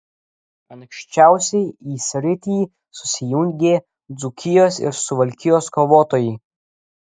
anksčiausiai į sritį susijungė dzūkijos ir suvalkijos kovotojai